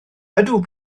ydw